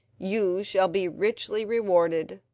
you shall be richly rewarded.